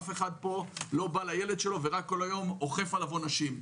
אף אחד לא בא לילד שלו ואוכף עליו עונשים כל היום,